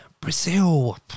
Brazil